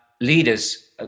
leaders